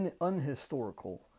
unhistorical